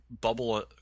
bubble